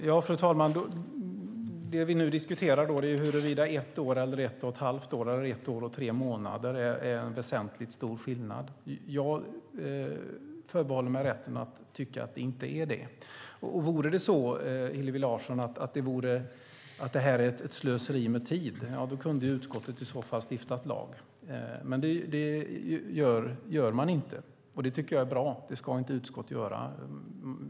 Fru talman! Det vi nu diskuterar är huruvida ett och ett halvt år och ett år och tre månader är en väsentligt stor skillnad. Jag förbehåller mig rätten att tycka att det inte är det. Och vore det så, Hillevi Larsson, att det var ett slöseri med tid kunde utskottet i så fall ha stiftat lag, men det gör man inte. Det tycker jag är bra. Det ska inte utskott göra.